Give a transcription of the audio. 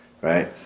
Right